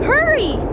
Hurry